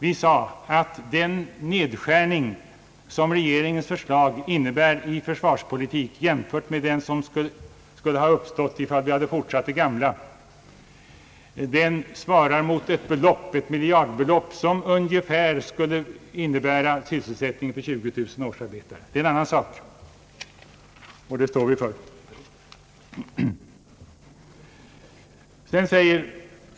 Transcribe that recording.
Vi sade att den nedskärning, som regeringens förslag innebär i försvarspolitik, jämfört med den som skulle ha uppstått om vi fortfarande drivit den gamla politiken, svarar mot ett miljardbelopp som skulle innebära sysselsättning för ungefär 20000 årsarbetare. Det är en annan sak, och den uppgiften står vi för.